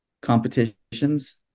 competitions